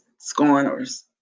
scorners